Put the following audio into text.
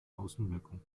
außenwirkung